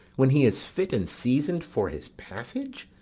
when he is fit and season'd for his passage?